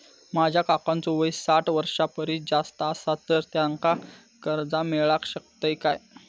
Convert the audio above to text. माझ्या काकांचो वय साठ वर्षां परिस जास्त आसा तर त्यांका कर्जा मेळाक शकतय काय?